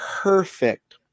perfect